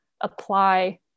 apply